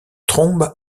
trombe